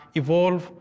evolve